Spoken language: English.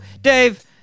Dave